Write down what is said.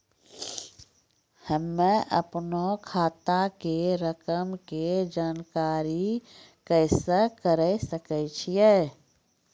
हम्मे अपनो खाता के रकम के जानकारी कैसे करे सकय छियै?